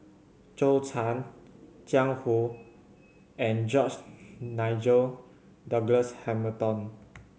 Zhou Can Jiang Hu and George Nigel Douglas Hamilton